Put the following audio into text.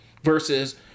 Versus